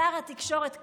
שר התקשורת קרעי,